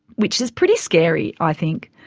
which is pretty scary, i think.